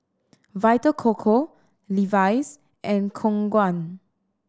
Vita Coco Levi's and Khong Guan